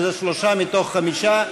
שלושה מתוך חמישה,